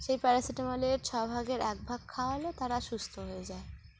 সেই প্যারাসিটামলের ছ ভাগের এক ভাগ খাওয়ালে তারা সুস্থ হয়ে যায়